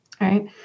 right